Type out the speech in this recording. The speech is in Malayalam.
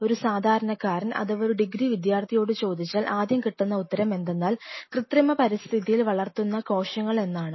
ഒരു സാധാരണക്കാരൻ അഥവാ ഒരു ഡിഗ്രി വിദ്യാർത്ഥിയോട് ചോദിച്ചാൽ ആദ്യം കിട്ടുന്ന ഉത്തരം എന്തെന്നാൽ കൃത്രിമ പരിസ്ഥിതിയിൽ വളർത്തുന്ന കോശങ്ങൾ എന്നാണ്